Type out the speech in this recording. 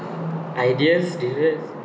ideas desserts